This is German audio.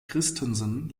christensen